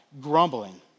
Grumbling